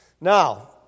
Now